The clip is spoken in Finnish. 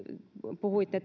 puhuitte